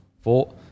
Four